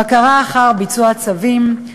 בקרה אחר ביצוע הצווים,